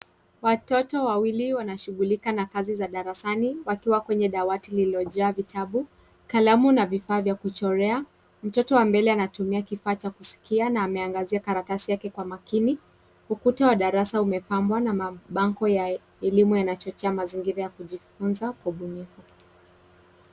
Watoto wawili wanashughulika na kazi za darasani wakiwa kwenye dawati lililojaa vitabu kalamu na vifaa vya kuchorea, mtoto wa mbele anatumia kifaa cha kusikia na ameangazia karatasi yake kwa makini huku. Ukuta wa darasa umepambwa na mabango ya elimu inaochochea mazingira kujifunzia kubunifu.